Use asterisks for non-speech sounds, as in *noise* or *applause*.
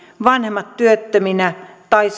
vanhemmat ovat työttöminä tai *unintelligible*